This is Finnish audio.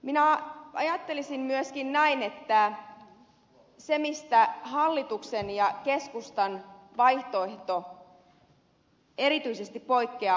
minä ajattelisin myöskin näin että se missä hallituksen ja keskustan vaihtoehdot erityisesti poikkeavat toisistaan on perusturva